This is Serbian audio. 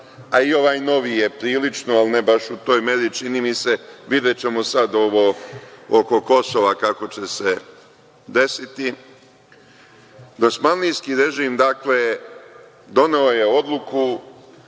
a i ovaj novi je prilično, ali ne baš u toj meri, čini mi se, videćemo sada ovo oko Kosova kako će se desiti, dosmanlijski režim doneo je, dakle, odluku